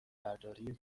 برداری